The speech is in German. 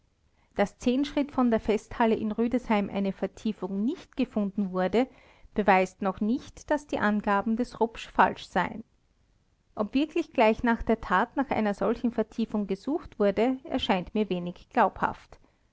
daß zehn schritt von der festhalle in rüdesheim eine vertiefung nicht gefunden wurde beweist noch nicht daß die angaben des rupsch falsch seien ob wirklich gleich nach der tat nach einer solchen vertiefung gesucht wurde erscheint mir wenig glaubhaft